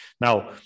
Now